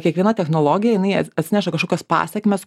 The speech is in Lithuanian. kiekviena technologija jinai ats atsineša kažkokias pasekmes